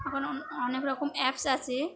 এখন অনেক রকম অ্যাপস আছে